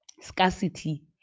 scarcity